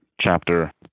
chapter